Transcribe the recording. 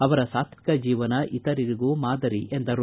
ಅವರ ಸಾತ್ತಿಕ ಜೀವನ ಇತರರಿಗೂ ಮಾದರಿ ಎಂದರು